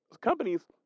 companies